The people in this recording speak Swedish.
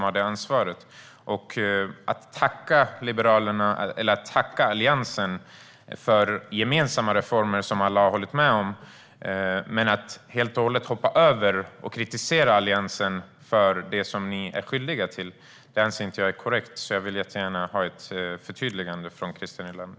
Jag anser inte att det är korrekt när du tackar Alliansen för gemensamma reformer som alla har hållit med om och samtidigt helt och hållet hoppar över det ni är skyldiga till. Du ger heller ingen kritik till Alliansen för detta. Därför vill jag jättegärna ha ett förtydligande från dig, Christer Nylander.